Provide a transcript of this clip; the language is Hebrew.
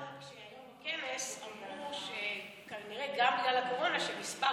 אתה יודע שהיום בכנס אמרו שכנראה גם בגלל הקורונה מספר